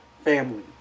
family